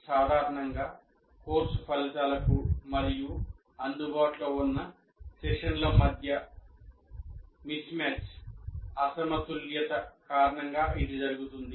సాధారణంగా కోర్సు ఫలితాలకు మరియు అందుబాటులో ఉన్న సెషన్ల మధ్య అసమతుల్యత కారణంగా ఇది జరుగుతుంది